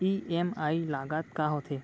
EMI लागत का होथे?